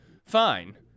fine